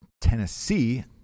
Tennessee